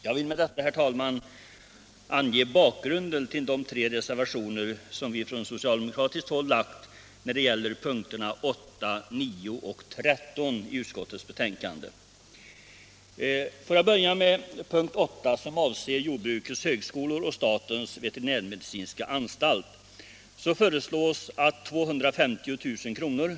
Jag vill med detta, herr talman, ange bakgrunden till de tre reservationerna från socialdemokratiskt håll nr 8, 9 och 13. Får jag börja med reservationen 8, som avser Jordbrukets högskolor och statens veterinärmedicinska anstalt. På den punkten föreslås i propositionen att 250 000 kr.